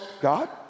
God